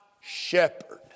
shepherd